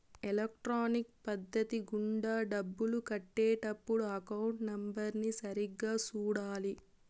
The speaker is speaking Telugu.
ఎలక్ట్రానిక్ పద్ధతి గుండా డబ్బులు కట్టే టప్పుడు అకౌంట్ నెంబర్ని సరిగ్గా సూడాలి